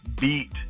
beat